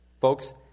Folks